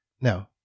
No